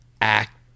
act